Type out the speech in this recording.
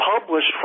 published